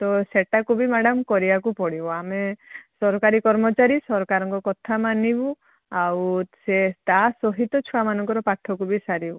ତ ସେଟାକୁ ବି ମ୍ୟାଡ଼ାମ କରିବାକୁ ପଡ଼ିବ ଆମେ ସରକାରୀ କର୍ମଚାରୀ ସରକାରଙ୍କ କଥାମାନିବୁ ଆଉ ସେ ତା ସହିତ ଛୁଆମାନଙ୍କର ପାଠକୁ ବି ସାରିବୁ